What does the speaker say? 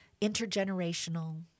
intergenerational